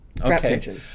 Okay